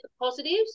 positives